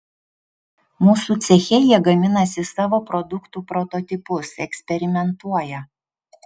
mūsų ceche jie gaminasi savo produktų prototipus eksperimentuoja